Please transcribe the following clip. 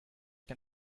can